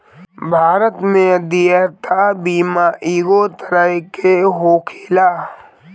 भारत में देयता बीमा कइगो तरह के होखेला